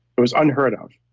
it was unheard of.